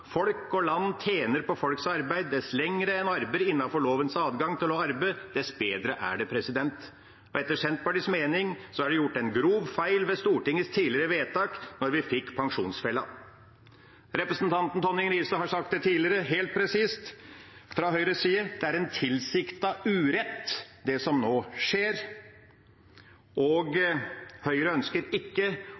Folk og land tjener på folks arbeid. Dess lenger en arbeider, innenfor lovens adgang til å arbeide, dess bedre er det. Etter Senterpartiets mening er det gjort en grov feil ved Stortingets tidligere vedtak, da vi fikk pensjonsfella. Representanten Tonning Riise har sagt det tidligere, helt presist, fra Høyres side, at det er en tilsiktet urett, det som nå skjer. Høyre ønsker ikke